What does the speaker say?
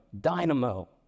dynamo